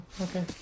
okay